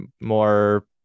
more